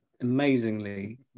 amazingly